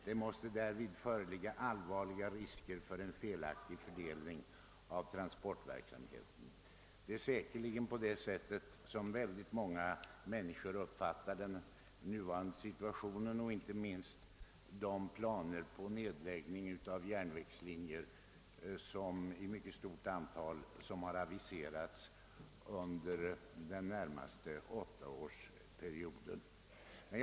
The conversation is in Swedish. Det måste därvid föreligga allvarliga risker för en felaktig fördelning av transportverksamheten.» Säkerligen uppfattar många männi skor situationen på detta sätt, inte minst inför de planer på nedläggning av järnvägslinjer i mycket stort antal som har aviserats för den närmaste åttaårsperioden.